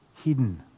hidden